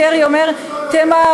וכל מה שקרי אומר: תמהרו,